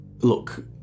Look